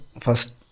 first